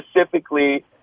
specifically